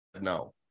no